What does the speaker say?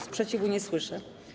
Sprzeciwu nie słyszę.